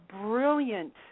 brilliant